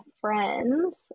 friends